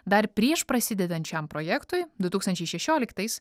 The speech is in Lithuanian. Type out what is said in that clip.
dar prieš prasidedant šiam projektui du tūkstančiai šešioliktais